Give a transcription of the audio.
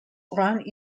runs